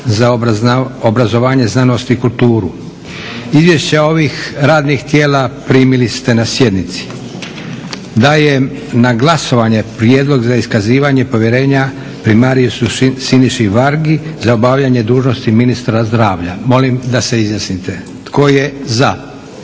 za obrazovanje, znanost i kulturu. Izvješća ovih radnih tijela primili ste na sjednici. Dajem na glasovanje Prijedlog za iskazivanje povjerenja primariusu Siniši Vargi za obavljanje dužnosti ministra zdravlja. Molim da se izjasnite tko je za?